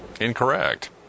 incorrect